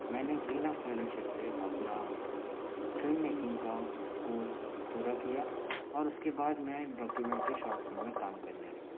मैंने ग्रीना फेलोशिप से अपना फ़िल्ममेकिंग का कोर्स पूरा किया और उसके बाद में डॉक्यूमेंट्री शॉर्ट फ़िल्म में काम करने लगा